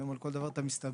היום על כל דבר אתה מסתבך,